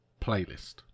playlist